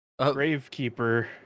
gravekeeper